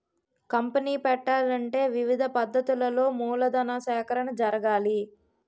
company పెట్టాలంటే వివిధ పద్ధతులలో మూలధన సేకరణ జరగాలి